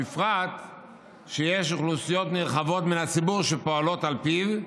ובפרט שיש אוכלוסיות נרחבות מן הציבור שפועלות על פיו,